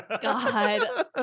God